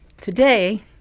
Today